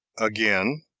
again,